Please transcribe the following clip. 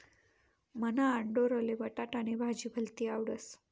मन्हा आंडोरले बटाटानी भाजी भलती आवडस